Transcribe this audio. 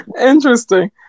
Interesting